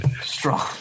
strong